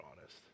honest